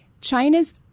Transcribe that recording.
China's